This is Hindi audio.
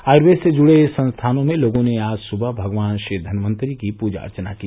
आयर्वेद से जूड़े संस्थानों में लोगों ने आज सुबह भगवान श्री धनवंतरि की पूजा अर्चना की